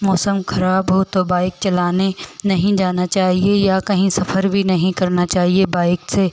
मौसम ख़राब हो तो बाइक चलाने नहीं जाना चाहिए या कहीं सफ़र भी नहीं करना चाहिए बाइक से